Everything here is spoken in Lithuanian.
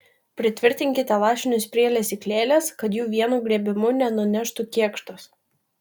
pritvirtinkite lašinius prie lesyklėlės kad jų vienu griebimu nenuneštų kėkštas